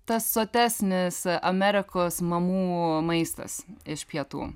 tas sotesnis amerikos mamų maistas iš pietų